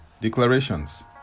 declarations